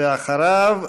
ואחריו,